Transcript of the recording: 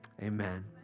amen